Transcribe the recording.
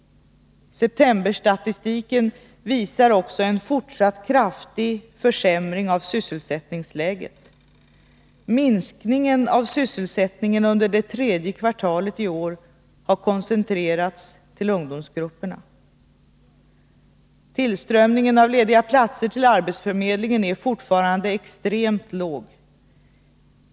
Septemberstatistiken visar också en fortsatt kraftig försämring av sysselsättningsläget. Minskningen av sysselsättningen under det tredje kvartalet i år har koncentrerats till ungdomsgrupperna. Tillströmningen av lediga platser till arbetsförmedlingen är fortfarande extremt låg.